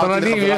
אמרתי לחברי,